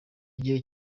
gihe